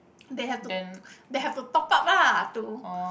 they have to they have to top up ah to